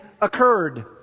occurred